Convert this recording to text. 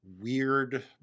weird